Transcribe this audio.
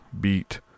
beat